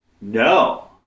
No